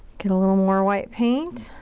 get a little more white paint.